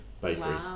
bakery